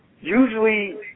Usually